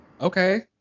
Okay